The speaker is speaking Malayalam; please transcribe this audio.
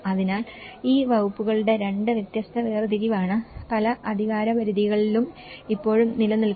അതിനാൽ ഈ വകുപ്പുകളുടെ രണ്ട് വ്യത്യസ്ത വേർതിരിവാണ് പല അധികാരപരിധികളിലും ഇപ്പോഴും നിലനിൽക്കുന്നത്